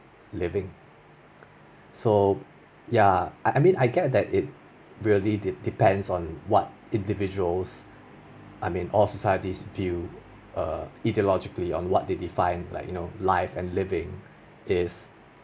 living so ya I I mean I get it really de~ depends on what individuals I mean all societies view err ideologically on what they define like you know life and living is